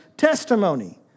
testimony